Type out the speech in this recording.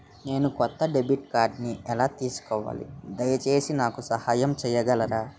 నేను కొత్త డెబిట్ కార్డ్ని ఎలా తీసుకోవాలి, దయచేసి నాకు సహాయం చేయగలరా?